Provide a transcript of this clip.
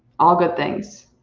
all good things.